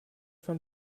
von